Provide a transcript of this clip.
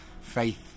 faith